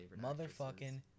motherfucking